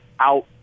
out